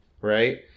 right